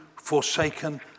forsaken